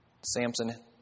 Samson